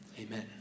amen